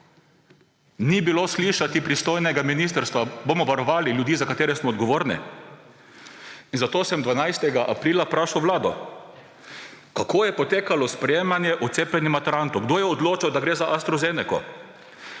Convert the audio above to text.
Ni bilo slišati pristojnega ministrstva – bomo varovali ljudi, za katere smo odgovorni. In zato sem 21. aprila vprašal Vlado, kako je potekalo sprejemanje takšnega sklepa o cepljenju maturantov? Kdo je odločal, da gre za AstraZeneco?